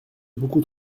beaucoup